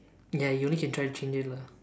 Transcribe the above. ya you only can try change it lah